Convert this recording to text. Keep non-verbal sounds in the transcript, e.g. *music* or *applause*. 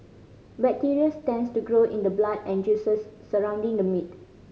bacteria *unintelligible* tends to grow in the blood and juices surrounding the meat